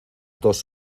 dos